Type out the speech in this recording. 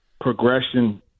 progression